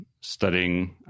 studying